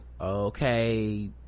okay